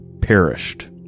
perished